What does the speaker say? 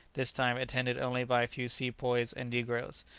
this time attended only by a few sepoys and negroes.